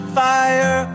fire